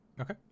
Okay